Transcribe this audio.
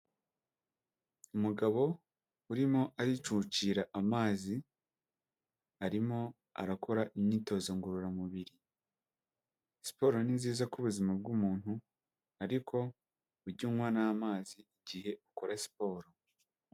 Umugabo urimo aricucira amazi, arimo arakora imyitozo ngororamubiri. Siporo ni nziza ku buzima bw'umuntu, ariko ujye unywa n'amazi igihe ukora siporo.